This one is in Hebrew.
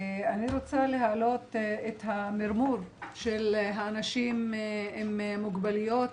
אני רוצה להעלות את המירמור של האנשים עם מוגבלויות,